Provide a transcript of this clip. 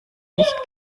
nicht